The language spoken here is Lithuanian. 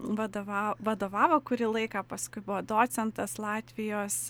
vadova vadovavo kurį laiką paskui buvo docentas latvijos